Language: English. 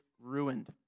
ruined